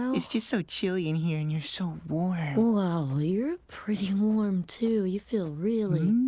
it's just so chilly in here and you're so warm. oh well you're pretty warm too, you feel really,